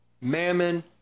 Mammon